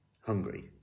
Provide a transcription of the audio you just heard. hungry